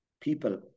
people